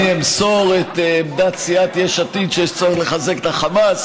אני אמסור את עמדת סיעת יש עתיד שיש צורך לחזק את החמאס,